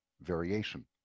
variation